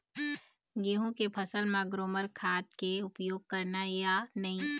गेहूं के फसल म ग्रोमर खाद के उपयोग करना ये या नहीं?